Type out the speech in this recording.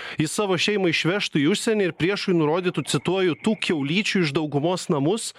jis savo šeimą išvežtų į užsienį ir priešui nurodytų cituoju tų kiaulyčių iš daugumos namus